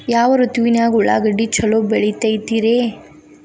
ಯಾವ ಋತುವಿನಾಗ ಉಳ್ಳಾಗಡ್ಡಿ ಛಲೋ ಬೆಳಿತೇತಿ ರೇ?